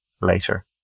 later